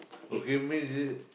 okay means is